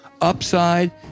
Upside